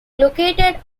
located